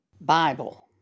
Bible